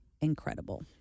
incredible